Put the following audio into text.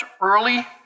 early